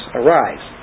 arise